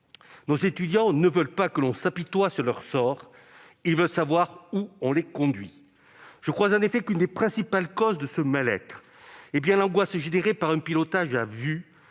Nos étudiants ne veulent pas que l'on s'apitoie sur leur sort. Ils veulent savoir où on les conduit. Je crois en effet que l'une des principales causes de ce mal-être est bien l'angoisse générée par un pilotage à vue,